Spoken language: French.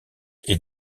est